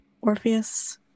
Orpheus